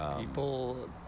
People